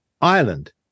Ireland